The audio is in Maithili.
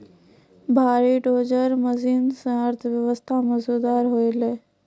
भारी डोजर मसीन सें अर्थव्यवस्था मे सुधार होलय